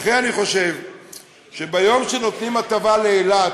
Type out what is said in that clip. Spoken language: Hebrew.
לכן אני חושב שביום שנותנים הטבה לאילת,